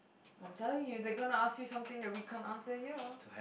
I'm telling you they're gonna ask you something that we can't answer here